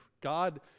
God